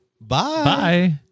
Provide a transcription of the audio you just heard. bye